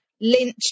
lynch